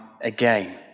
again